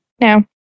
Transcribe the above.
No